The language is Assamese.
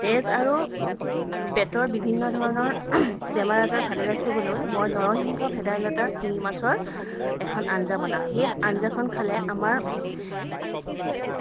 তাৰপাছত তেজ আৰু পেটৰ বিভিন্ন ধৰণৰ বেমাৰ আজাৰ ভালে ৰাখিবলৈ মই নৰসিংহ ভেদাইলতা শিঙিমাছৰ এখন আঞ্জা বনাওঁ সেই আঞ্জাখন খালে আমাৰ